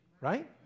right